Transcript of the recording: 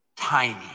Tiny